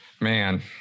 Man